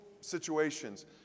situations